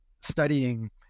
studying